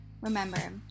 Remember